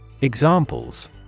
Examples